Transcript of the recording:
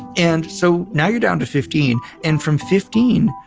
and so now you're down to fifteen, and from fifteen,